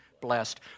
blessed